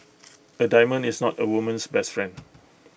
A diamond is not A woman's best friend